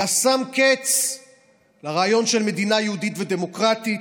היה שם קץ לרעיון של מדינה יהודית ודמוקרטית.